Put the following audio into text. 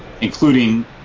including